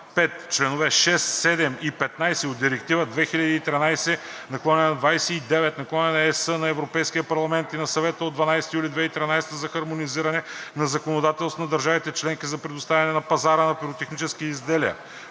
5. Членове 6, 7 и 15 от Директива 2013/29/ЕС на Европейския парламент и на Съвета от 12 юни 2013 г. за хармонизиране на законодателствата на държавите членки за предоставяне на пазара на пиротехнически изделия